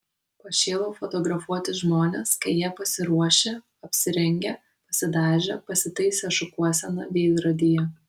pašėlau fotografuoti žmones kai jie pasiruošę apsirengę pasidažę pasitaisę šukuoseną veidrodyje